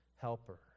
Helper